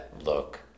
look